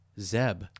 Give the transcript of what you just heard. zeb